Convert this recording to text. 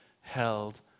held